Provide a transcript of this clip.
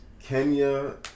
Kenya